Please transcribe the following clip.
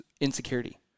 insecurity